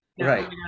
right